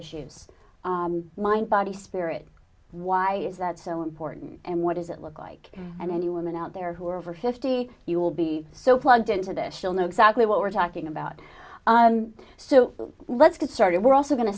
issues mind body spirit why is that so important and what does it look like and any women out there who are over fifty you will be so plugged into the she'll know exactly what we're talking about so let's get started we're also go